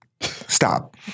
Stop